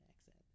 accent